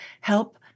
help